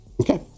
Okay